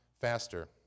faster